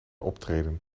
optreden